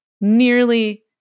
nearly